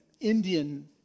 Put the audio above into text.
Indian